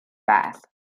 bath